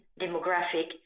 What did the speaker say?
demographic